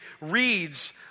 reads